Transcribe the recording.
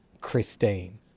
Christine